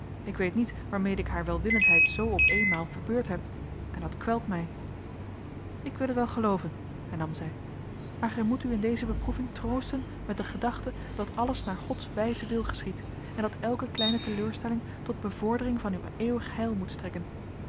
ik weet niet waarmede ik haar welwillendheid zoo op eenmaal verbeurd heb en dat kwelt mij ik wil het wel gelooven hernam zij maar gij moet u in deze beproeving troosten met de gedachte dat alles naar gods wijzen wil geschiedt en dat elke kleine teleurstelling tot bevordering van uw eeuwig heil moet strekken